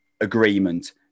agreement